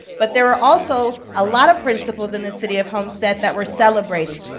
but there were also a lot of principles in the city of homestead that were celebrating,